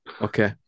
Okay